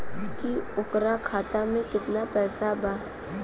की ओकरा खाता मे कितना पैसा बा?